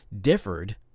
differed